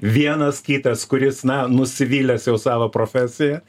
vienas kitas kuris na nusivylęs jau savo profesija